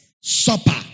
supper